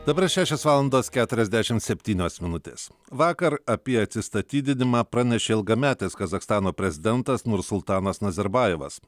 dabar šešios valandos keturiasdešimt septynios minutės vakar apie atsistatydinimą pranešė ilgametis kazachstano prezidentas nursultanas nazarbajevas